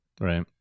Right